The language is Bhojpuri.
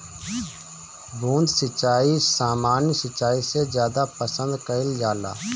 बूंद सिंचाई सामान्य सिंचाई से ज्यादा पसंद कईल जाला